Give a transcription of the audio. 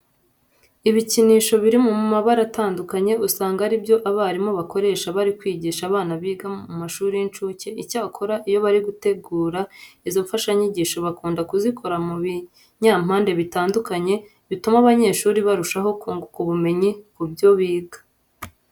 Ibikinisho biri mu mabara atandukanye usanga ari byo abarimu bakoresha bari kwigisha abana biga mu mashuri y'incukke. Icyakora iyo bari gutegura izo mfashanyigisho bakunda kuzikora mu binyampande bitandukanye bituma abanyeshuri barushaho kunguka ubumenyi ku byo biga.